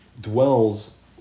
dwells